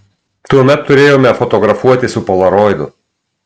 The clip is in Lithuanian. tuomet turėjome fotografuoti su polaroidu